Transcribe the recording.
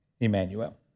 Emmanuel